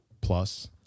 plus